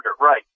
right